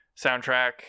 soundtrack